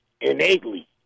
innately